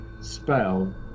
spell